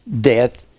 Death